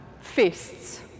fists